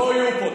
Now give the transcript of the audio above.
לא יהיה פה,